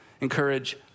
encourage